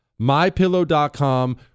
MyPillow.com